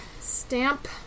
stamp